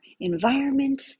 environment